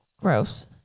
Gross